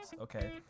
okay